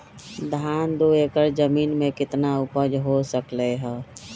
धान दो एकर जमीन में कितना उपज हो सकलेय ह?